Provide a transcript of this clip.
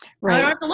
right